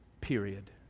Period